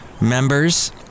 members